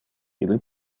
ille